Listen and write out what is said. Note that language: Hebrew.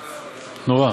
נורא.